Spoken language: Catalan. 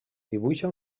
dibuixa